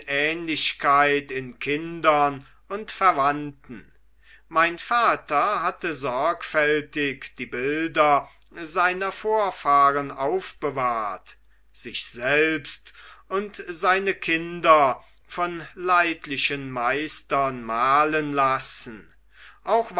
in kindern und verwandten mein vater hatte sorgfältig die bilder seiner vorfahren aufbewahrt sich selbst und seine kinder von leidlichen meistern malen lassen auch